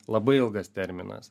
labai ilgas terminas